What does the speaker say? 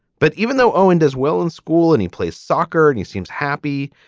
but even though owned as well in school and he plays soccer and he seems happy.